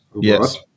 Yes